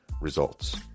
results